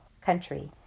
country